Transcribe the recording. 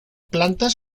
plantas